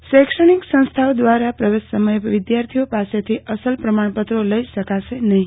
C શૈક્ષણિક સંસ્થાઓ દ્રારા પ્રવેશ સમયે વિધાર્થીઓ પાસેથી અસલ પ્રમાણપત્રો લઈ શકાશે નહી